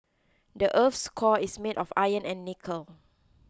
the earth's core is made of iron and nickel